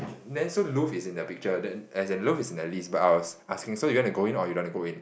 then so Louvre is in the picture then as in Louvre is in the list but I was asking so you want to go in or you don't want to go in